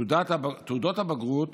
תעודות הבגרות